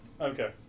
Okay